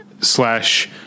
slash